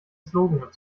slogan